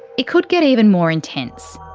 it could get even more intense.